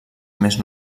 més